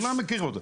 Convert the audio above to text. כולם מכירים.